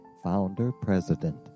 founder-president